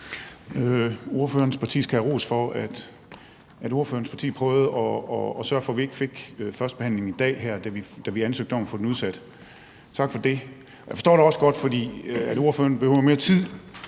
Ordførerens parti skal have ros for, at de prøvede at sørge for, at førstebehandlingen ikke blev i dag, da vi ansøgte om at få den udsat. Tak for det. Jeg forstår det også godt, at ordføreren behøver mere tid.